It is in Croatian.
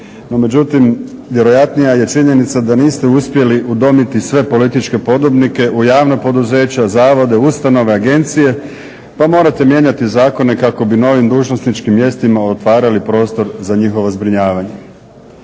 međutim vjerojatnija je činjenica da niste uspjeli udomiti sve političke podobnike u javna poduzeća, zavode, ustanove, agencije pa morate mijenjati zakone kako bi novim dužnosničkim mjestima otvarali prostor za njihovo zbrinjavanje.